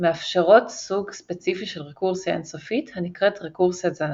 מאפשרות סוג ספציפי של רקורסיה אינסופית הנקראת רקורסיית זנב,